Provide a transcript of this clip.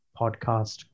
podcast